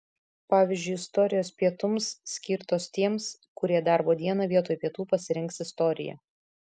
pavyzdžiui istorijos pietums skirtos tiems kurie darbo dieną vietoj pietų pasirinks istoriją